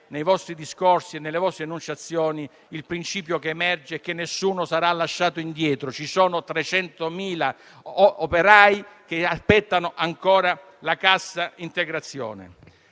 dai vostri discorsi e dalle vostre enunciazioni emerge il principio che nessuno sarà lasciato indietro. Ma 300.000 operai aspettano ancora la cassa integrazione.